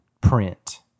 print